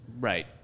Right